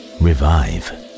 revive